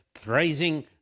praising